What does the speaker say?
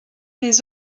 des